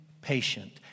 patient